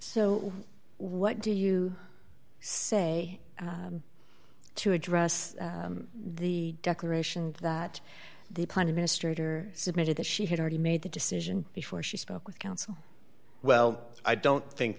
so what do you say to address the declaration that the prime minister submitted that she had already made the decision before she spoke with counsel well i don't think